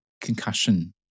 concussion